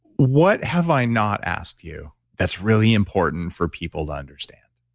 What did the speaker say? what have i not asked you that's really important for people to understand?